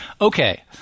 Okay